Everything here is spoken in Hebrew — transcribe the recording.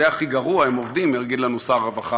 וזה הכי גרוע, הם עובדים, יגיד לנו שר הרווחה,